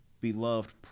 beloved